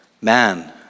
Man